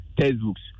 textbooks